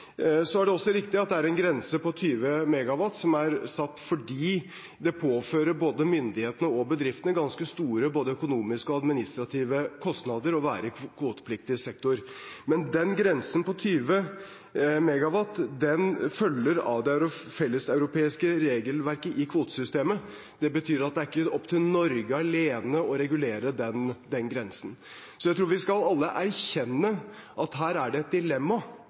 er også riktig at det er en grense på 20 MW, som er satt fordi det påfører både myndighetene og bedriftene ganske store både økonomiske og administrative kostnader å være i kvotepliktig sektor. Men den grensen på 20 MW følger av det felleseuropeiske regelverket i kvotesystemet. Det betyr at det ikke er opp til Norge alene å regulere den grensen. Jeg tror vi alle skal erkjenne at her er det et dilemma,